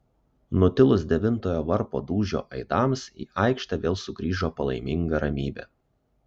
nutilus devintojo varpo dūžio aidams į aikštę vėl sugrįžo palaiminga ramybė